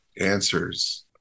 answers